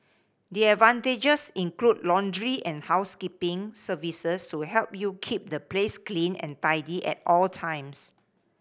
the advantages include laundry and housekeeping services to help you keep the place clean and tidy at all times